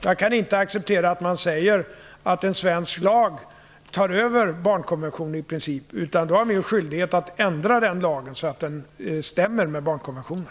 Jag kan inte acceptera att man säger att en svensk lag i princip tar över barnkonventionen, utan då har vi skyldighet att ändra lagen så att den stämmer med barnkonventionen.